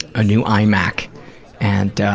ah new imac and